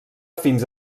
fins